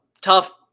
tough